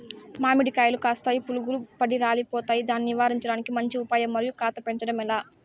మామిడి కాయలు కాస్తాయి పులుగులు పడి రాలిపోతాయి దాన్ని నివారించడానికి మంచి ఉపాయం మరియు కాత పెంచడము ఏలా?